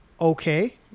okay